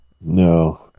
No